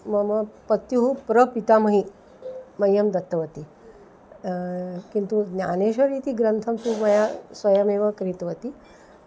मम पत्युः प्रपितामही मह्यं दत्तवती किन्तु ज्ञानेश्वरीति ग्रन्थं तु मया स्वयमेव क्रीतवती